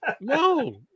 No